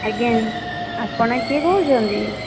ଆଜ୍ଞା ଆପଣ କିଏ କହୁଛନ୍ତି